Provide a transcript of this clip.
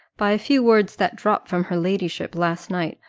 by a few words that dropped from her ladyship last night,